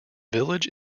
village